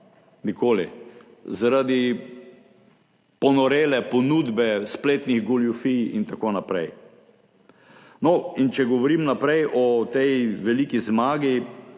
končana zaradi ponorele ponudbe spletnih goljufij in tako naprej. Če govorim naprej o tej veliki zmagi